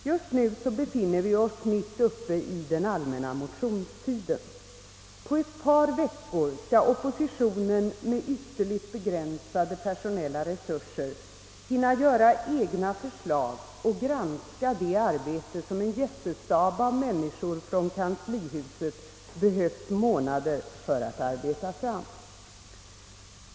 Just nu befinner vi oss mitt uppe i den allmänna motionstiden. På ett par veckor skall oppositionen med ytterligt begränsade personella resurser hinna göra egna förslag och granska det arbete som en jättestab av människor från kanslihuset har behövt månader för att arbeta fram.